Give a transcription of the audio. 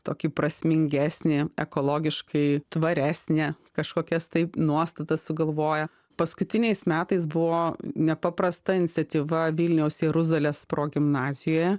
tokį prasmingesnį ekologiškai tvaresnę kažkokias taip nuostatas sugalvoja paskutiniais metais buvo nepaprasta iniciatyva vilniaus jeruzalės progimnazijoje